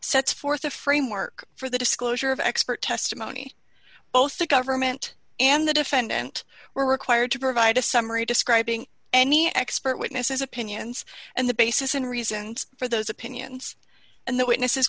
sets forth a framework for the disclosure of expert testimony both the government and the defendant were required to provide a summary describing any expert witnesses opinions and the basis in reasons for those opinions and the witnesses